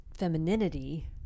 femininity